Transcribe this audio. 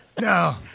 No